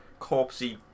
corpsey